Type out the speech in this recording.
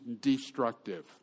destructive